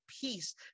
peace